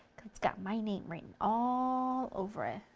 it's got my name written all over it.